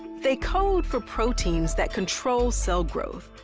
they code for proteins that control cell growth.